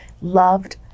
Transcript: loved